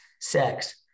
sex